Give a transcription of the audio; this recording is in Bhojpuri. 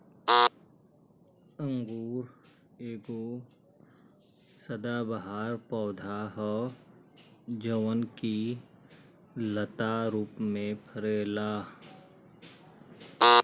अंगूर एगो सदाबहार पौधा ह जवन की लता रूप में फरेला